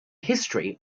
history